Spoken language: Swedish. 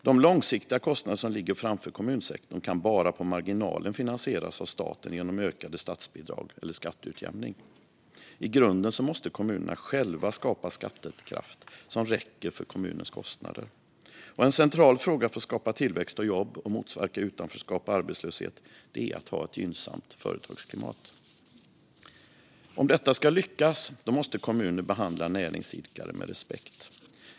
De långsiktiga kostnader som ligger framför kommunsektorn kan bara på marginalen finansieras av staten genom ökade statsbidrag eller skatteutjämning. I grunden måste kommunerna själva skapa skattekraft som räcker för kommunernas kostnader. Och en central fråga för att skapa tillväxt och jobb och motverka utanförskap och arbetslöshet är att ha ett gynnsamt företagsklimat. Om detta ska lyckas måste kommuner behandla näringsidkare med respekt.